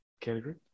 category